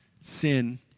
sin